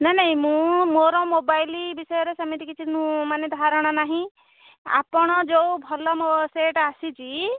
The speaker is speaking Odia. ନା ନାହିଁ ମୁଁ ମୋର ମୋବାଇଲ ବିଷୟରେ ସେମିତି କିଛି ମୁଁ ମାନେ ଧାରଣା ନାହିଁ ଆପଣ ଯେଉଁ ଭଲ ସେଟ୍ ଆସିଛି